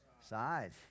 Side